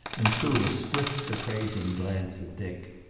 and threw a swift, appraising glance at dick.